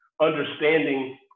understanding